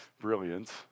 brilliant